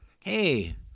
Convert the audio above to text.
hey